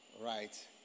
right